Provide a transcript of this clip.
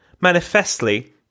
Manifestly